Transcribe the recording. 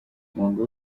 umuhango